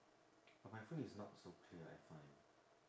but my phone is not so clear I find